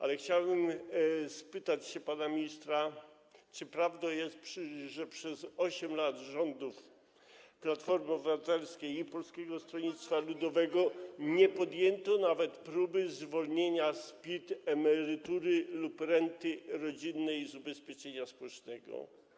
Ale chciałbym spytać pana ministra: Czy prawdą jest, że przez 8 lat rządów Platformy Obywatelskiej i Polskiego Stronnictwa Ludowego nie podjęto nawet próby zwolnienia z PIT emerytury lub renty rodzinnej z ubezpieczenia społecznego?